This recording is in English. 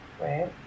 right